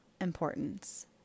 importance